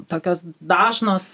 tokios dažnos